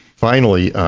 finally,